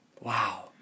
Wow